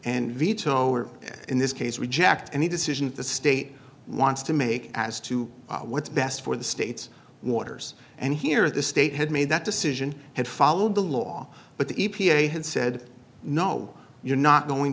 and veto or in this case reject any decision the state wants to make as to what's best for the state's waters and here the state had made that decision had followed the law but the e p a had said no you're not going